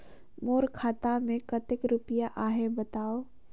मोर खाता मे कतेक रुपिया आहे बताव?